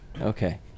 Okay